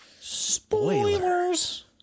Spoilers